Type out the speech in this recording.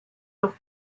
doch